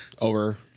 over